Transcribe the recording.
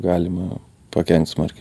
galima pakenkt smarkiai